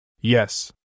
Yes